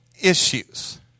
issues